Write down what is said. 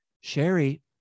Sherry